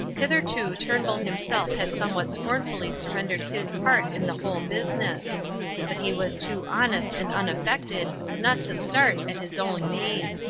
hitherto turnbull himself had somewhat scornfully surrendered his part in the whole business but he was too honest and unaffected not to start at his own name.